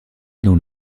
dont